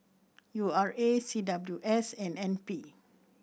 U R A C W S and N P